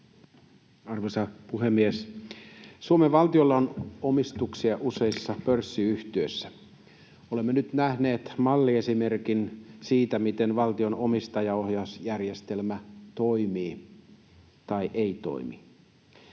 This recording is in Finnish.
Arvoisa puhemies! Suomen valtiolla on omistuksia useissa pörssiyhtiöissä. Olemme nyt nähneet malliesimerkin siitä, miten valtion omistajaohjausjärjestelmä toimii — tai ei toimi.